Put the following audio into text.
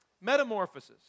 Metamorphosis